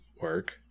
work